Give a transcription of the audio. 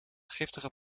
giftige